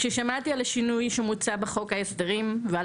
כששמעתי על השינוי שמוצע בחוק ההסדרים ועל